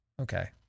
Okay